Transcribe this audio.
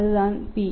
அதுதான் p